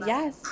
Yes